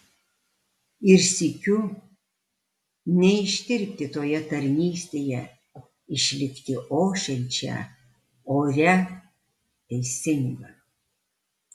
ir sykiu neištirpti toje tarnystėje išlikti ošiančia oria teisinga